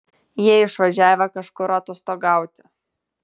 jie išvažiavę kažkur atostogauti